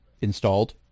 installed